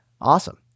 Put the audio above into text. Awesome